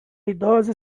idosa